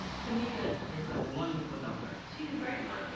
tamika is a wonderful daughter. she's a great mom.